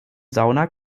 sauna